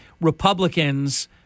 Republicans